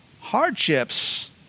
Hardships